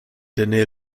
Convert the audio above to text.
danny